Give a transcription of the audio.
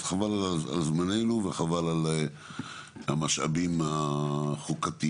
אז חבל על זמננו וחבל על המשאבים החוקתיים,